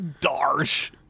Darsh